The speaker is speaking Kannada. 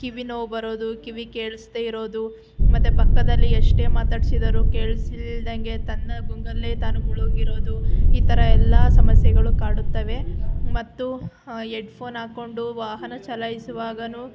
ಕಿವಿನೋವು ಬರೋದು ಕಿವಿ ಕೇಳಿಸ್ದೆ ಇರೋದು ಮತ್ತೆ ಪಕ್ಕದಲ್ಲಿ ಎಷ್ಟೇ ಮಾತಾಡಿಸಿದರೂ ಕೇಳಿಸಿಲ್ದಂಗೆ ತನ್ನ ಗುಂಗಲ್ಲೇ ತಾನು ಮುಳುಗಿರೋದು ಈ ಥರ ಎಲ್ಲ ಸಮಸ್ಯೆಗಳು ಕಾಡುತ್ತವೆ ಮತ್ತು ಎಡ್ಫೋನ್ ಹಾಕ್ಕೊಂಡು ವಾಹನ ಚಲಾಯಿಸುವಾಗಲೂ